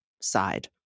side